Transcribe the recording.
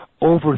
over